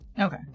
Okay